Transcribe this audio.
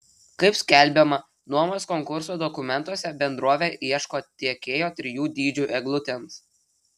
kaip skelbiama nuomos konkurso dokumentuose bendrovė ieško tiekėjo trijų dydžių eglutėms